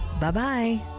bye-bye